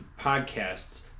podcasts